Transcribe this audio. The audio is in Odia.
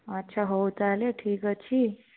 ଆଚ୍ଛା ହଉ ତାହେଲେ ଠିକ୍ ଅଛି